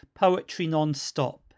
poetrynonstop